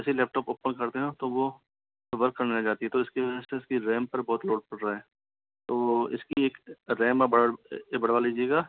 जैसे ही laptop open करते हैं तो वो वर्क करने जाती है तो इसकी वजह से इसकी रेम पर बहुत लोड पड़ रहा है तो इसकी एक रेम बढ़वा लीजिएगा